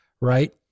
Right